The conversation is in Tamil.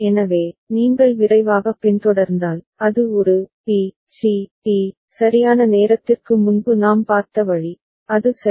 எனவே நீங்கள் விரைவாகப் பின்தொடர்ந்தால் அது ஒரு பி சி டி சரியான நேரத்திற்கு முன்பு நாம் பார்த்த வழி அது சரி